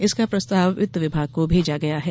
इसका प्रस्ताव वित्त विभाग को भेजा गया है